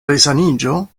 resaniĝo